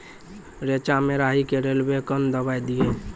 रेचा मे राही के रेलवे कन दवाई दीय?